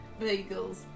bagels